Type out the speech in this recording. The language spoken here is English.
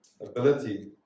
ability